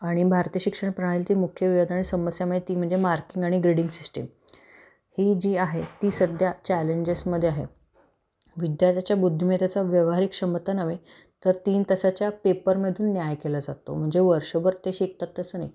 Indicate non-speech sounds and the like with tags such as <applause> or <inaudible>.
आणि भारतीय शिक्षण प्रणालीतील मुख्य <unintelligible> समस्या म्हणजे ती म्हणजे मार्किंग आणि ग्रेडींग सिस्टीम ही जी आहे ती सध्या चॅलेंजेसमध्ये आहे विद्यार्थ्याच्या बुद्धिमत्तेचा व्यावहारिक क्षमता नव्हे तर तीन तासाच्या पेपरमधून न्याय केला जातो म्हणजे वर्षभर ते शिकतात तसं नाही